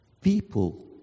people